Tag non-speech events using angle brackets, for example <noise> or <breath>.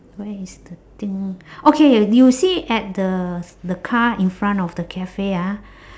where is the thing <breath> okay you see at the the car in front of the cafe ah